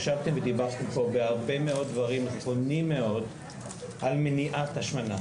ישבתם ודיברתם פה בהרבה מאוד דברים נכונים מאוד על מניעת השמנה,